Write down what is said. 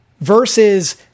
Versus